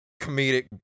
comedic